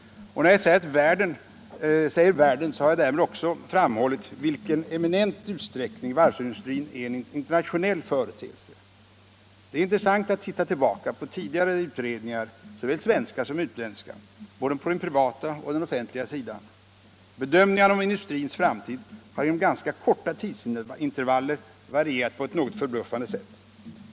Och när jag säger världen har jag därmed också framhållit i vilken eminent utsträckning varvsindustrin är en internationell företeelse. Det är intressant att titta tillbaka på tidigare utredningar, såväl svenska som utländska, både på den privata och på den offentliga sidan. Bedömningarna av industrins framtid har inom ganska korta tidsintervaller varierat på ett något förbluffande sätt.